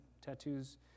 tattoos